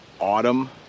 autumn